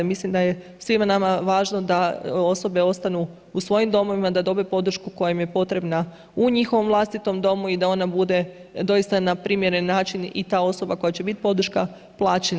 Mislim da je svima nama važno da osobe ostanu u svojim domovima, da dobe podršku koja im je potrebna u njihovom vlastitom domu i da ona bude doista na primjeren i ta osoba koja će biti podrška plaćena.